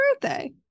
birthday